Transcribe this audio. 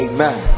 Amen